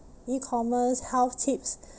E-commerce health tips